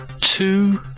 two